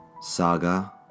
Saga